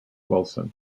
wilson